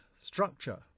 structure